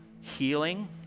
healing